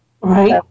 right